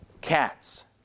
Cats